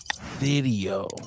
video